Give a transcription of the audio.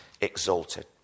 exalted